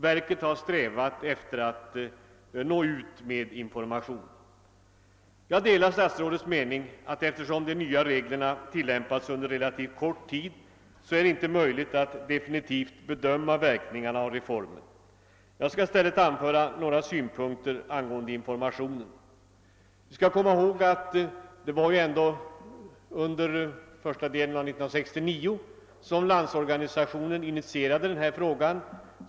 Verket har strävat efter att nå ut med information. Jag delar statsrådets mening att eftersom de nya reglerna tillämpats en kort tid är det ännu inte möjligt att definitivt bedöma verkningarna av reformen. Jag skall i stället anföra några synpunkter angående informationen. Vi skall komma ihåg att det var under första delen av 1969 som Landsorganisationen initierade denna fråga.